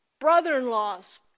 brother-in-law's